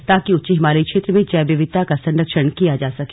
ताकि उच्च हिमालयी क्षेत्र में जैव विविधता का संरक्षण किया जा सके